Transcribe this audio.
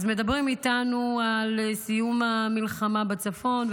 אז מדברים איתנו על סיום המלחמה בצפון,